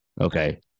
Okay